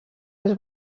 els